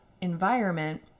environment